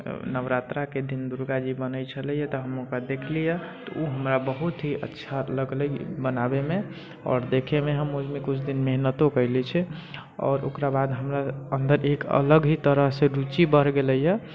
नवरात्राके दिन दुर्गाजी बनै छलैए तऽ हम ओकरा देखलियै तऽ उ हमरा बहुत ही अच्छा लगलै बनाबैमे आओर देखैमे आओर हम ओइमे हम कुछ दिन मेहनतो कैले छी आओर ओकरा बाद हमरा अन्दर एक अलग ही तरहसँ रुचि बढ़ गेलैए